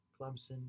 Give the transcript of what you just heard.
Clemson